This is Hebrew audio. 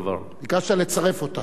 ביקשת לצרף אותה, להצמיד.